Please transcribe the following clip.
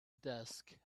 desk